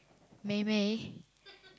Mei Mei